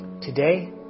today